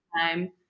time